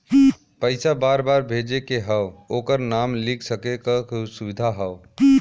पइसा बार बार भेजे के हौ ओकर नाम लिख सके क सुविधा हौ